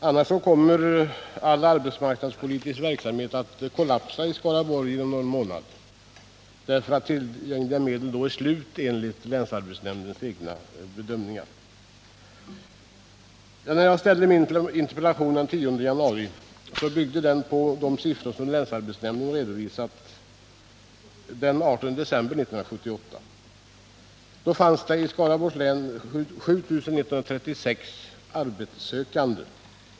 Annars kommer all arbetsmarknadspolitisk verksamhet att kollapsa i Skaraborg inom någon månad, därför att tillgängliga medel då är slut enligt länsarbetsnämndens egna beräkningar. När jag ställde min interpellation den 10 januari byggde den på de siffror som länsarbetsnämnden redovisat den 18 december 1978. Då fanns det i Skaraborgs län 7 156 arbetssökande.